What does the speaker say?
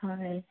হয়